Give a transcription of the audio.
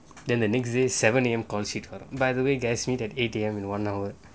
then the next day seven A_M considered by the way guys meet eight A_M in one hour